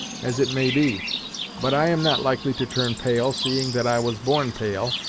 as it may be but i am not likely to turn pale, seeing that i was born pale.